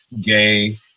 gay